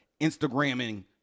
Instagramming